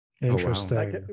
Interesting